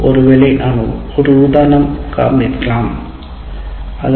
ஒருவேளை நான் ஒரு உதாரணம் காண்பிப்பேன்